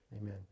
Amen